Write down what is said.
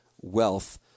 Wealth